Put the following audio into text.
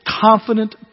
confident